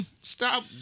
Stop